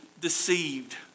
deceived